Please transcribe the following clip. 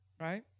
Right